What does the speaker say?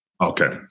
Okay